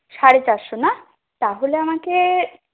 সাড়ে চারশো না তাহলে আমাকে